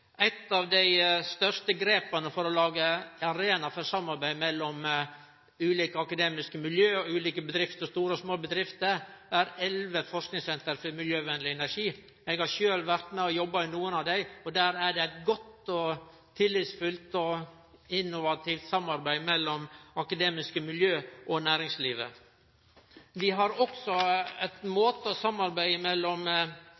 av dei største grepa for å lage arenaer for samarbeid mellom ulike akademiske miljø og ulike store og små bedrifter er elleve forskingssenter for miljøvennleg energi. Eg har sjølv vore med og jobba i nokre av dei. Der er det eit godt, tillitsfullt og innovativt samarbeid mellom akademiske miljø og næringslivet. Vi har også